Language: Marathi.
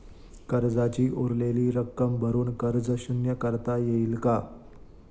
कर्जाची उरलेली रक्कम भरून कर्ज शून्य करता येईल का?